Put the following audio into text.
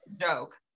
joke